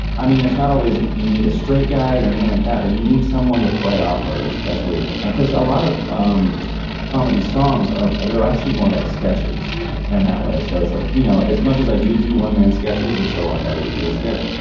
i mean, it's not always and you need a straight guy or anything like that, but you need someone to play off of, especially because a lot of um comedy songs are they're actually more like sketches and that way. so it's like, you know, as much as i do do one man's sketches, it's a lot better to do a sketch,